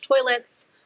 toilets